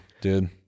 Dude